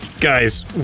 Guys